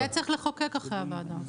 יהיה צריך לחוקק אחרי הוועדה.